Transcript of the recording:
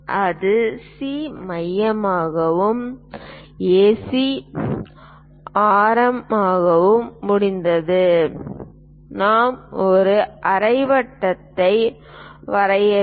அது சி மையமாகவும் ஏசி ஆரம் ஆகவும் முடிந்ததும் நாம் ஒரு அரை வட்டத்தை வரைய வேண்டும்